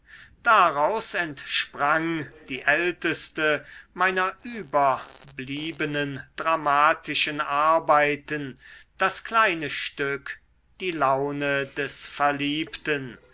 daraus entsprang die älteste meiner überbliebenen dramatischen arbeiten das kleine stück die laune des verliebten